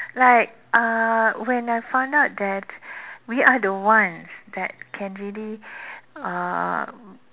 like uh when I found out that we are the ones that can really uh